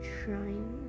trying